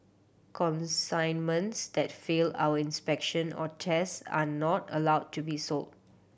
consignments that fail our inspection or test are not allowed to be sold